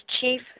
chief